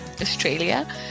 Australia